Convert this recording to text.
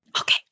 okay